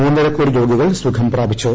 മൂന്നര കോടി രോഗികൾ സുഖം പ്രാപിച്ചു